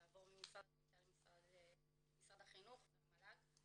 לעבור ממשרד הקליטה למשרד החינוך והמל"ג,